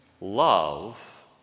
love